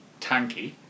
tanky